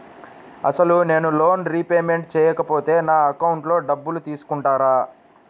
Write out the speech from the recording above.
అసలు నేనూ loan repayment చేయకపోతే నా అకౌంట్లో డబ్బులు తీసుకుంటారా?